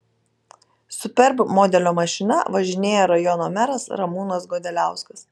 superb modelio mašina važinėja rajono meras ramūnas godeliauskas